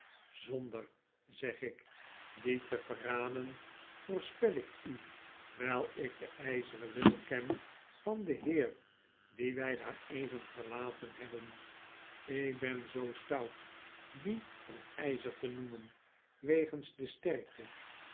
zonder ze ik die te verraden voorspel ik u wyl ik den yzeren wil ken van den heer dien wy daar even verlaten hebben ik ben zoo stout dien van yzer te noemen wegens de sterkte